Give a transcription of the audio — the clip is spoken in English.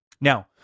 Now